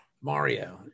Mario